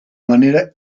manera